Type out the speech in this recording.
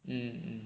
mm